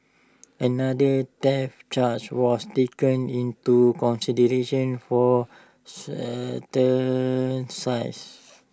another theft charge was taken into consideration for